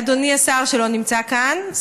אדוני השר שלא נמצא כאן,